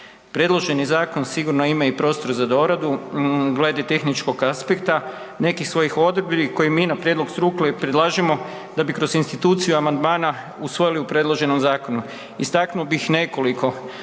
Predloženi zakon sigurno ima i prostor za doradu glede tehničkog aspekta nekih svojih odredbi koji mi na prijedlog struke predlažemo da bi kroz instituciju amandmana usvojili u predloženom zakonu istaknuo bih nekoliko,